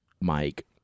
Mike